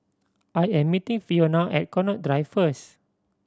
I am meeting Fiona at Connaught Drive first